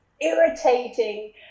irritating